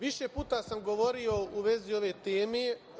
Više puta sam govorio u vezi ove teme.